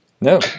No